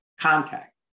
contact